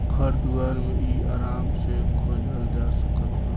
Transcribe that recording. घर दुआर मे इ आराम से खोजल जा सकत बा